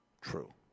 true